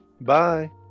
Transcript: Bye